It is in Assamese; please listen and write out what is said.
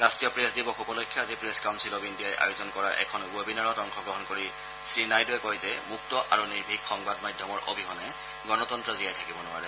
ৰাষ্ট্ৰীয় প্ৰেছ দিৱস উপলক্ষে আজি প্ৰেছ কাউলিল অব ইণ্ডিয়াই আয়োজন কৰা এখন ৱেবিনাৰত অংশগ্ৰহণ কৰি শ্ৰীনাইডুৱে কয় যে মুক্ত আৰু নিৰ্ভীক সংবাদ মাধ্যমৰ অবিহনে গণতন্ত্ৰ জীয়াই থাকিব নোৱাৰে